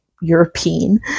European